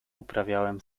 uprawiałem